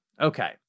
Okay